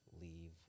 leave